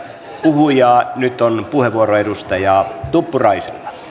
nyt on puheenvuoro edustaja tuppuraisella